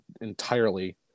entirely